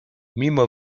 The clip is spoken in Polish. mimo